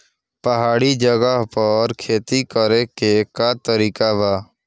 पहाड़ी जगह पर खेती करे के का तरीका बा?